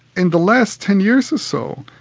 in the last ten years or so,